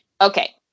Okay